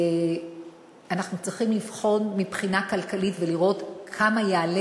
אנחנו צריכים לבחון מבחינה כלכלית ולראות כמה יעלה